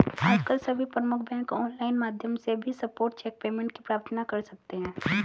आजकल सभी प्रमुख बैंक ऑनलाइन माध्यम से भी स्पॉट चेक पेमेंट की प्रार्थना कर सकते है